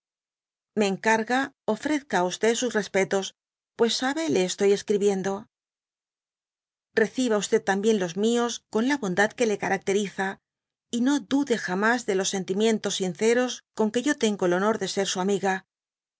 me encarga ofrezca á e sus respetos pues sabe le estoy escribiendo dby google reciba también los míos con la bond qne le caracteriza y no dude jamas de los sentimientos sinceros con que yo tengo el honor de ser su amiga